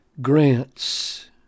grants